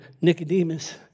Nicodemus